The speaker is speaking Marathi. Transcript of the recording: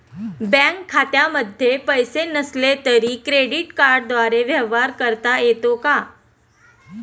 बँक खात्यामध्ये पैसे नसले तरी क्रेडिट कार्डद्वारे व्यवहार करता येतो का?